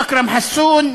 אכרם חסון,